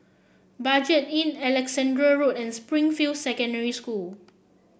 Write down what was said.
Budget Inn Alexandra Road and Springfield Secondary School